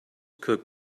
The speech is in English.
cooked